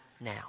now